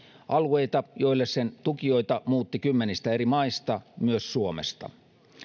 alueita joille sen tukijoita muutti kymmenistä eri maista myös suomesta